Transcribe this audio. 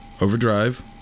Overdrive